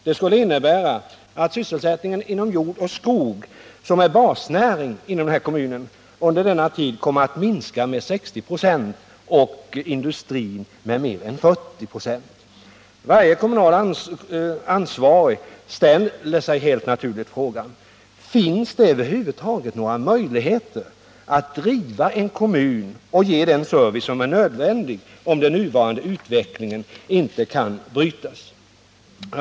Det skulle innebära att sysselsättningen inom jord och skog, som är basnäring inom den här kommunen, under denna tid kommer att minska med 60 96 och industrin med mer än 40 96. Varje kommunalt ansvarig ställer sig helt naturligt frågan: Finns det över huvud taget några möjligheter att driva en kommun och ge den service som är nödvändig, om den nuvarande utvecklingen inte kan brytas?